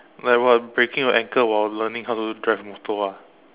like what breaking your ankle while learning how to drive a motor ah